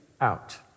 out